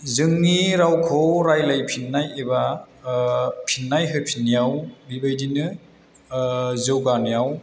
जोंनि रावखौ रायलायफिन्नाय एबा फिन्नाय होफिन्नायाव बेबादिनो जौगानायाव